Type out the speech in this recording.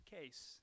case